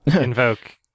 invoke